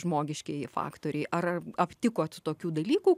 žmogiškieji faktoriai ar aptikot tokių dalykų